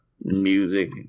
music